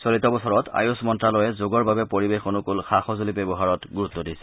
চলিত বছৰত আয়ুস মন্ত্যালয়ে যোগৰ বাবে পৰিৱেশ অনুকূল সা সঁজুলি ব্যৱহাৰত গুৰুত্ব দিছে